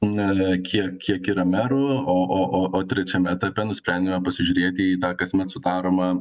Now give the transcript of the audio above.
na kiek kiek yra merų o o o o trečiame etape nusprendėme pasižiūrėti į tą kasmet sudaromą